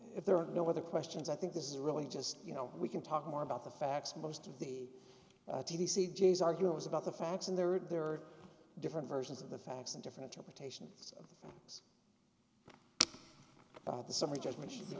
if there are no other questions i think this is really just you know we can talk more about the facts most of the t t c j s argue it was about the facts and there are there are different versions of the facts and different interpretations of the summary judgment should be